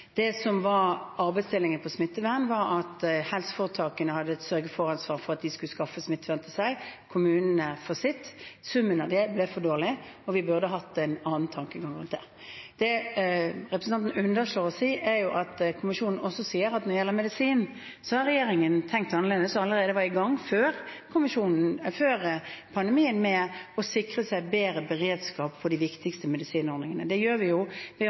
Det som var arbeidsdelingen for smittevern, var at helseforetakene hadde et sørge-for-ansvar for at de skulle skaffe smittevern til seg, kommunene for sitt. Summen av det ble for dårlig, og vi burde hatt en annen tankegang rundt det. Det representanten underslår å si, er at kommisjonen også sier at når det gjelder medisin, har regjeringen tenkt annerledes og allerede var i gang før pandemien med å sikre bedre beredskap på de viktigste medisinordningene. Det gjør vi ved å